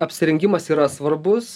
apsirengimas yra svarbus